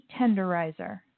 tenderizer